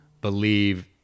believe